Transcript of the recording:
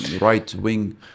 right-wing